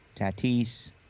Tatis